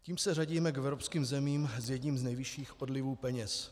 Tím se řadíme k evropským zemím s jedním z nejvyšších odlivů peněz.